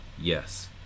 Yes